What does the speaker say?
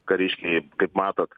kariškiai kaip matot